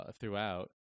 throughout